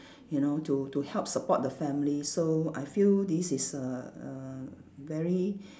you know to to help support the family so I feel this is a a very